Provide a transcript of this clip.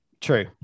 True